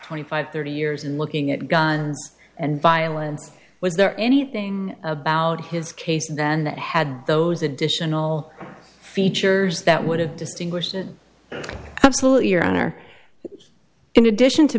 twenty five thirty years and looking at guns and violence was there anything about his case then that had those additional features that would have distinguished it absolutely your honor in addition to